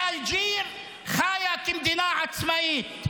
-- ואלג'יר חיה כמדינה עצמאית.